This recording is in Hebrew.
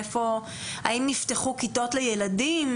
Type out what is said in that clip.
האם נפתחו כיתות לילדים?